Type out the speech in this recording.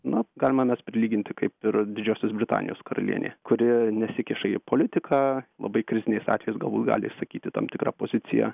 na galima mes prilygint kaip ir didžiosios britanijos karalienė kuri nesikiša į politiką labai kritiniais atvejais galbūt gali išsakyti tam tikrą poziciją